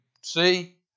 see